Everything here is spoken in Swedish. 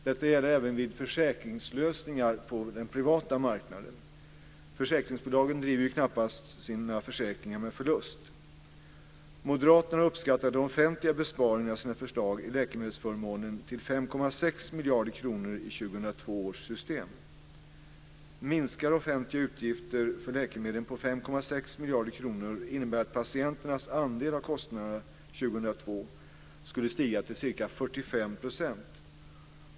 Detta gäller även vid försäkringslösningar på den privata marknaden. Försäkringsbolagen driver ju knappast sina försäkringar med förlust. Moderaterna har uppskattat den offentliga besparingen av sina förslag i läkemedelsförmånen till 5,6 skulle stiga till ca 45 %.